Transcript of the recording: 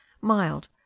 mild